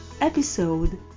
Episode